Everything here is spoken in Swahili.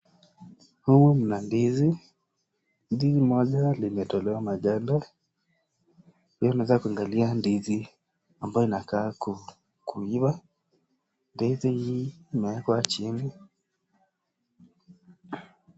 Humu mna ndizi, ndizi moja limetolewa maganda, anataka kuangalia ndizi ambayo imeiva. Ndizi hii imeekwa chini.